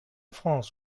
france